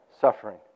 suffering